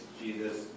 Jesus